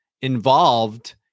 involved